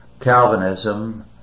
Calvinism